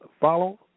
follow